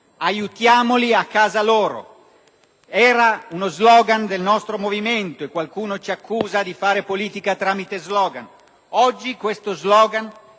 «Aiutiamoli a casa loro»: era uno slogan del nostro movimento e qualcuno ci accusa di fare politica tramite slogan. Oggi questo slogan